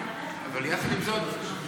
אבל יחד עם זאת,